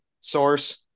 source